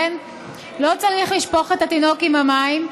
לא צריך לשפוך את התינוק עם המים.